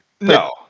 No